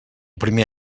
primer